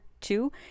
two